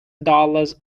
dollars